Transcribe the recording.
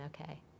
okay